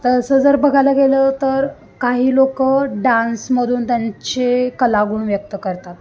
तसं जर बघायला गेलं तर काही लोक डान्समधून त्यांचे कला गुण व्यक्त करतात